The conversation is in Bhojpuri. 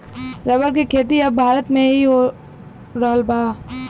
रबर के खेती अब भारत में भी हो रहल हउवे